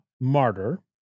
Martyr